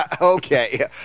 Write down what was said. Okay